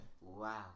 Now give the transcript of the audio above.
wow